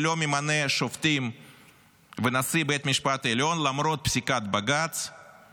שלא ממנה שופטים ונשיא לבית המשפט העליון למרות פסיקת בג"ץ,